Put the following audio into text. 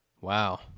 Wow